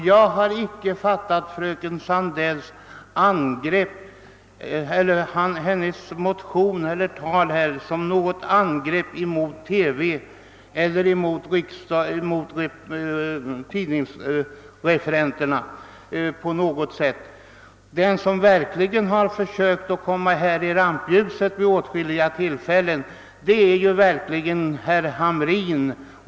Jag har icke fattat fröken Sandells motion eller hennes anförande som något angrepp mot TV eller tidningsreferenter. Den som verkligen här har försökt att komma i rampljuset vid åtskilliga tillfällen är herr Hamrin.